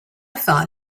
thought